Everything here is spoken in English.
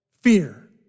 Fear